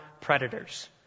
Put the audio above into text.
predators